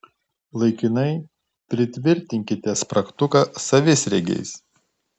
laikinai pritvirtinkite spragtuką savisriegiais